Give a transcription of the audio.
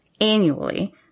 annually